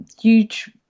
huge